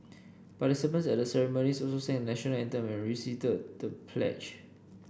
participants at the ceremonies also sang the National Anthem and recited the pledge